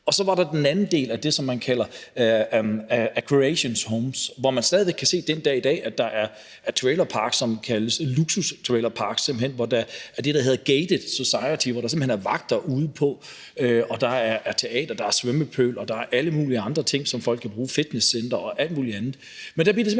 Så er der den anden del af dem, altså dem, man kalder recreational homes. Der kan man stadig væk den dag i dag se, at der er trailerparks, der kaldes luksustrailerparks, hvor der er det, man kalder gated communities, hvor der simpelt hen er vagter uden for, og der er teater, der er svømmepøl og alle mulige andre ting, som folk kan bruge, fitnesscentre og alt muligt andet.